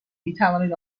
میتوانید